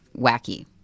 wacky